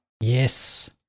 Yes